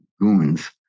goons